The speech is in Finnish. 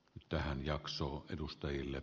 tähän jaksoon edustajille